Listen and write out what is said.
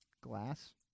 Glass